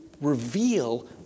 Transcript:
reveal